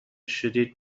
شدید